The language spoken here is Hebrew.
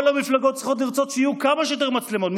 כל המפלגות צריכות לרצות שיהיו כמה שיותר מצלמות,